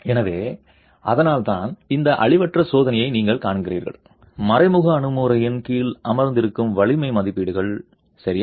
எனவே அதனால்தான் இந்த அழிவற்ற சோதனையை நீங்கள் காண்கிறீர்கள் மறைமுக அணுகுமுறையின் கீழ் அமர்ந்திருக்கும் வலிமை மதிப்பீடுகள் சரியா